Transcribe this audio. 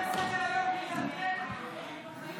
אתם משנים את סדר-היום בלי לעדכן אותנו.